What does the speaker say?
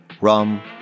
Rum